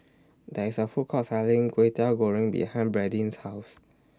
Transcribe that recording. There IS A Food Court Selling Kway Teow Goreng behind Bradyn's House